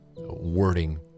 wording